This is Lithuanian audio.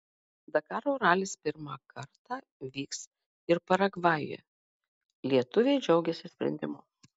dakaro ralis pirmą kartą vyks ir paragvajuje lietuviai džiaugiasi sprendimu